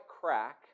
crack